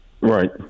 Right